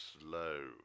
slow